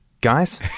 Guys